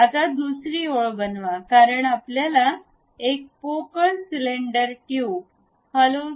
आता दुसरी ओळ बनवा कारण आपल्याला एक पोकळ सिलेंडर ट्यूब बनवायची आहे